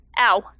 Ow